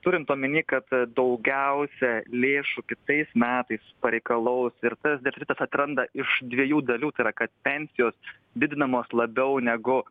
turint omeny kad daugiausia lėšų kitais metais pareikalaus ir tas deficitas atsiranda iš dviejų dalių tai yra kad pensijos didinamos labiau negu